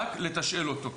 אלא רק לתשאל אותו,